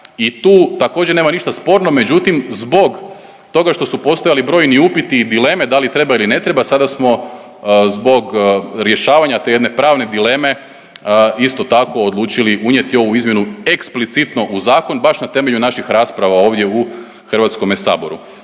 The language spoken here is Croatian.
i tu također nema ništa sporno. Međutim, zbog toga što su postojali brojni upiti i dileme da li treba ili ne treba sada smo zbog rješavanja te jedne pravne dileme isto tako odlučili unijeti ovu izmjenu eksplicitno u zakon baš na temelju naših rasprava ovdje u Hrvatskome saboru.